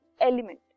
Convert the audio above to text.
element